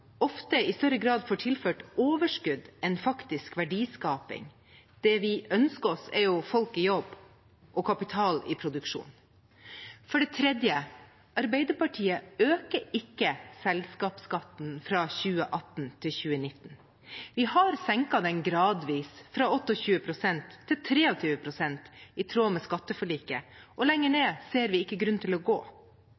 ofte i større grad tilført overskudd enn faktisk verdiskaping – det vi ønsker oss, er jo folk i jobb og kapital i produksjon. Arbeiderpartiet øker ikke selskapsskatten fra 2018 til 2019. Vi har senket den gradvis, fra 28 pst. til 23 pst. i tråd med skatteforliket.